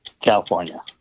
California